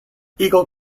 eagle